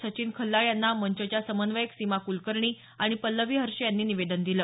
संचिन खल्लाळ यांना मंचच्या समन्वयक सीमा कलकर्णी आणि पल्लवी हर्षे यांनी निवेदन दिल